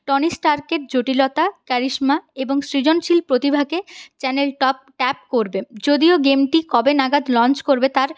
Tony স্টার্কের জটিলতা কারিশমা এবং সৃজনশীল প্রতিভাকে চ্যানেল ট্যাপ করবে যদিও গেমটি কবে নাগাদ লঞ্চ করবে তার